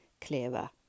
clearer